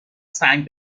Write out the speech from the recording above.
سنگ